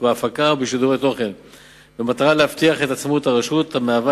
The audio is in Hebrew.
והטלוויזיה עבור מקלטי רדיו וטלוויזיה היא נטל על אזרחי המדינה,